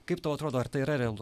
kaip tau atrodo ar tai yra realu